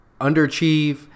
underachieve